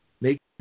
make